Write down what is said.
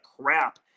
crap